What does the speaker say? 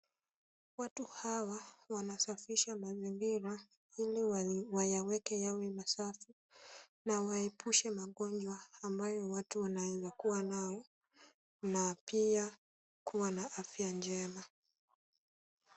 Watu hawa wanasafisha mazingira ili wayaweke yawe masafi na waepushe magonjwa ambayo watu wanaweza kuwa nayo na pia kuwa na afya njema.